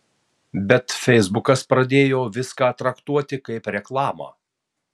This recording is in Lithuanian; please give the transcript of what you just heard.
bet feisbukas pradėjo viską traktuoti kaip reklamą